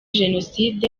jenoside